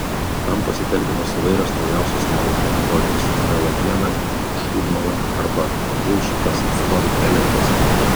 tam pasitelkiamos įvairios naujausios melo kategorijos melagiena šūdmala arba bulšitas storytelingas